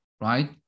right